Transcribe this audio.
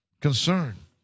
Concern